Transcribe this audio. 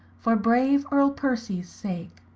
for brave erle percyes sake.